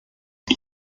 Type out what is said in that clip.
wir